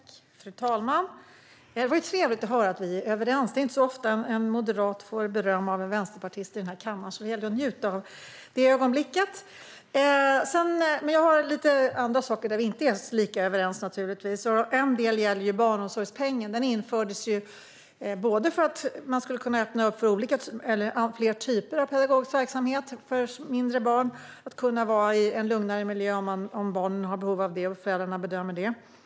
Fru talman! Det var trevligt att höra att vi är överens. Det är inte så ofta en moderat får beröm av en vänsterpartist i den här kammaren, så det gäller att njuta av ögonblicket. Jag har dock lite andra saker där vi inte är lika överens. En del gäller barnomsorgspengen. Den infördes för att man skulle kunna öppna upp för fler typer av pedagogisk verksamhet för mindre barn och för att barnen skulle kunna vara i en lugnare miljö om de har behov av det och om föräldrarna bedömer att det är lämpligt.